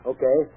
Okay